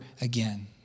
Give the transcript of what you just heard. again